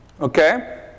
Okay